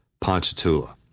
Ponchatoula